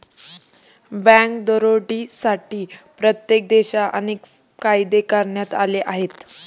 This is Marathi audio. बँक दरोड्यांसाठी प्रत्येक देशात अनेक कायदे करण्यात आले आहेत